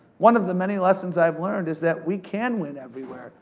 one of the many lessons i've learned is that we can win everywhere,